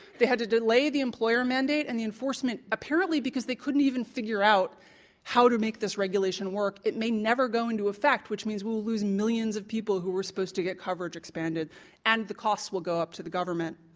they had to delay the employer mandate and the enforcement, apparently because they couldn't even figure out how to make this regulation work. it may never go into effect, which means we'll lose millions of people who were supposed to get coverage expanded through and the cost will go up to the government.